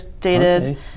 dated